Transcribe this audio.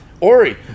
Ori